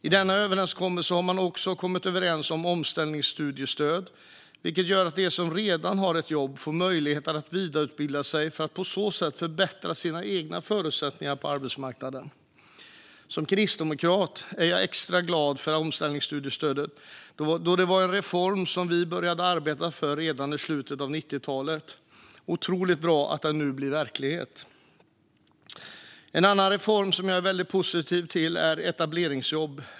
I denna överenskommelse har man också kommit överens om ett omställningsstudiestöd, vilket gör att de som redan har ett jobb får möjlighet att vidareutbilda sig för att på så sätt förbättra sina egna förutsättningar på arbetsmarknaden. Som kristdemokrat är jag extra glad för omställningsstudiestödet, då detta är en reform som vi började arbeta för redan i slutet av 90-talet. Det är otroligt bra att den nu blir verklighet. En annan reform som jag är väldigt positiv till handlar om etableringsjobb.